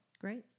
Great